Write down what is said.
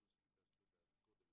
זה מה שביקשת לדעת קודם.